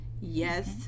yes